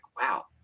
wow